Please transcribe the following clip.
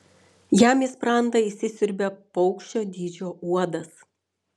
jam į sprandą įsisiurbia paukščio dydžio uodas